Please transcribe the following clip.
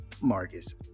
Marcus